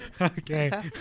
Okay